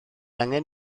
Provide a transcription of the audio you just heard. angen